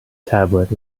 tablet